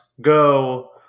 go